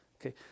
Okay